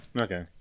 Okay